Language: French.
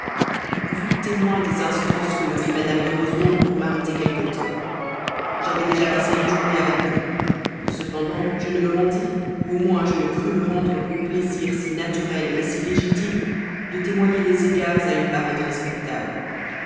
vous fûtes témoin des instances que me fit mme de rosemonde pour m'arrêter quelque temps j'avais déjà passé une journée avec vous cependant je ne me rendis ou au moins je ne crus me rendre qu'au plaisir si naturel si légitime de témoigner des égards à une parente respectable